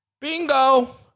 Bingo